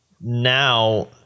now